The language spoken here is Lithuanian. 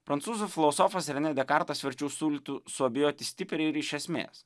prancūzų filosofas renė dekartas verčiau siūlytų suabejoti stipriai ir iš esmės